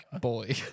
boy